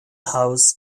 house